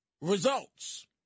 results